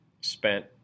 spent